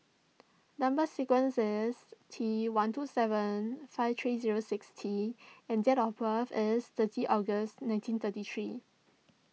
Number Sequence is T one two seven five three zero six T and date of birth is thirty October nineteen thirty three